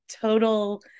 total